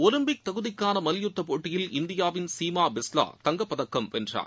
Olympic தகுதிக்காள மல்யுத்தப் போட்டியில் இந்தியாவின் சீமா பிஸ்வா தங்கப்பதக்கம் வென்றார்